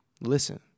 listen